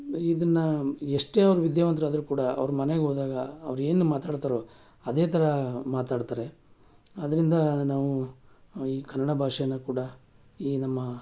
ಇದನ್ನು ಎಷ್ಟೇ ಅವ್ರು ವಿದ್ಯಾವಂತರಾದ್ರು ಕೂಡ ಅವ್ರ ಮನೆಗೋದಾಗ ಅವ್ರು ಏನು ಮಾತಾಡ್ತಾರೊ ಅದೇ ತರಹ ಮಾತಾಡ್ತಾರೆ ಅದರಿಂದ ನಾವು ಈ ಕನ್ನಡ ಭಾಷೆಯ ಕೂಡ ಈ ನಮ್ಮ